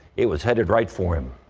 it was headed right for him.